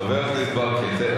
חבר הכנסת ברכה,